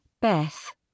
Beth